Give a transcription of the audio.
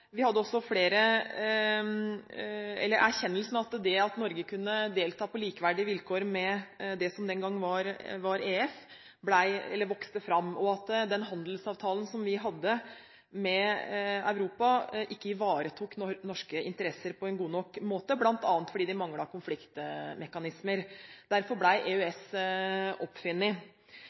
vi satt med renter på 17 pst. Erkjennelsen av at Norge kunne delta på likeverdige vilkår med det som den gang var EF, vokste fram, og av at den handelsavtalen vi hadde med Europa, ikke ivaretok norske interesser på en god nok måte, bl.a. fordi de manglet konfliktmekanismer. Derfor ble EØS oppfunnet.